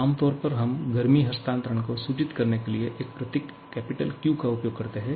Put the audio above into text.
आमतौर पर हम गर्मी हस्तांतरण को सूचित करने के लिए एक प्रतीक Q का उपयोग करते हैं